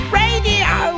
radio